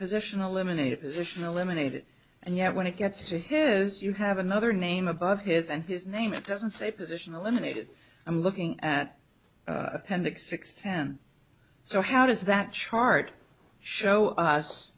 position eliminated position eliminated and yet when it gets to his you have another name above his and his name it doesn't say position eliminated i'm looking at appendix six ten so how does that chart show us